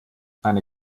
eine